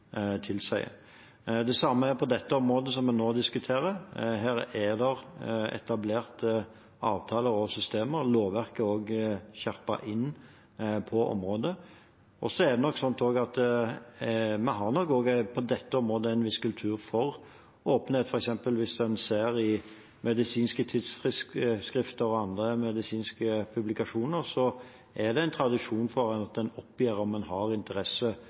Det samme gjelder på det området som en nå diskuterer, her er det etablert avtaler og systemer, og lovverket er også skjerpet inn på området. Så er det nok slik at vi på dette området har en viss kultur for åpenhet. Hvis en f.eks. ser i medisinske tidsskrifter og andre medisinske publikasjoner, er det tradisjon for å oppgi om en har